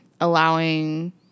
allowing